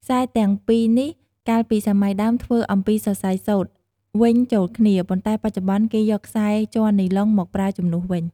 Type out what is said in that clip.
ខ្សែទាំង២នេះកាលពីសម័យដើមធ្វើអំពីសរសៃសូត្រវេញចូលគ្នា ប៉ុន្ដែបច្ចុប្បន្នគេយកខ្សែជ័រនីឡុងមកប្រើជំនួសវិញ ។